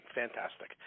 fantastic